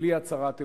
בלי הצהרת אמונים.